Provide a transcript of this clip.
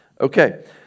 Okay